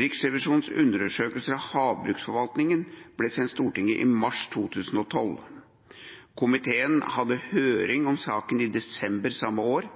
Riksrevisjonens undersøkelse av havbruksforvaltningen ble sendt Stortinget i mars 2012. Komiteen hadde høring om saken i desember samme år,